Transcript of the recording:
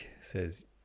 says